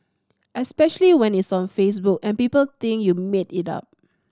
especially when it's on Facebook and people think you made it up